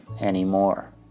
anymore